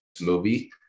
movie